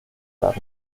dar